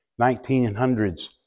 1900s